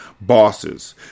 Bosses